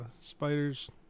Spiders